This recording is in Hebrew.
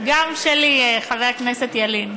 גם שלי, חבר הכנסת ילין.